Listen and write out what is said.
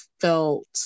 felt